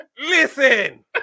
Listen